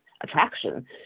attraction